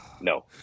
No